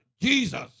Jesus